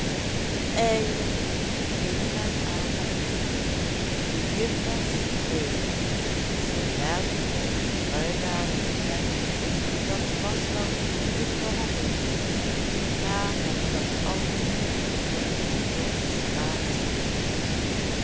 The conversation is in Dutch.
eindelijk ging men aan het werk de juffers reden zij werden op den kruiwagen gelegd dat was wel een goede behandeling maar met dat al noemde men ze toch